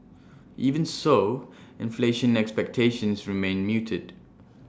even so inflation expectations remain muted